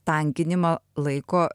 tankinimą laiko